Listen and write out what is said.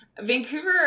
Vancouver